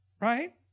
right